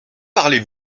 parlez